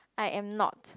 I am not